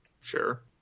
sure